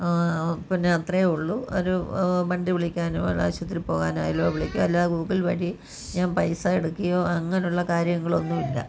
പിന്നെ അത്രയേ ഉള്ളൂ ഒരു വണ്ടി വിളിക്കാനോ അല്ലെങ്കിൽ ആശുപത്രി പോകാനോ എല്ലാം വിളിക്കും അല്ല ഗൂഗിൾ വഴി ഞാൻ പൈസ എടുക്കുകയോ അങ്ങനുള്ള കാര്യങ്ങളൊന്നും ഇല്ല